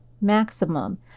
maximum